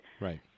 Right